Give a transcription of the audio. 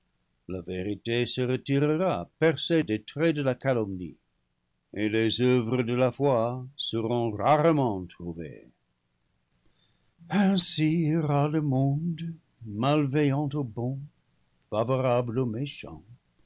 perdu vérité se retirera percée des traits de la calomnie et les oeuvres de la foi seront rarement trouvées ainsi ira le monde malveillant aux bons favorable aux méchants